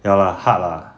ya lah hard lah